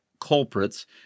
culprits